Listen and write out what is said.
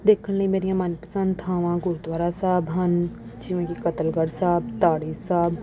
ਦੇਖਣ ਲਈ ਮੇਰੀਆਂ ਮਨਪਸੰਦ ਥਾਵਾਂ ਗੁਰਦੁਆਰਾ ਸਾਹਿਬ ਹਨ ਜਿਵੇਂ ਕਿ ਕਤਲਗੜ੍ਹ ਸਾਹਿਬ ਤਾੜੀ ਸਾਹਿਬ